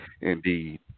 indeed